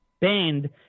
banned –